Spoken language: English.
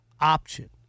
option